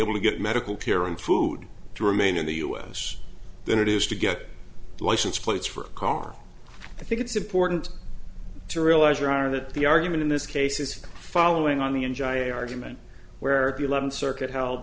able to get medical care and food to remain in the u s than it is to get a license plates for a car i think it's important to realize or are that the argument in this case is following on the in john argument where the eleventh circuit held